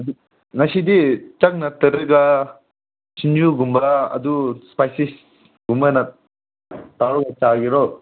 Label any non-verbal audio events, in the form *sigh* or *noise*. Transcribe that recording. *unintelligible* ꯉꯁꯤꯗꯤ ꯆꯥꯛ ꯅꯠꯇ꯭ꯔꯒ ꯁꯤꯡꯖꯨꯒꯨꯝꯕ ꯑꯗꯨ ꯁ꯭ꯄꯥꯏꯁꯤꯁꯒꯨꯝꯕꯅ ꯇꯧꯔꯒ ꯆꯥꯒꯦꯔꯣ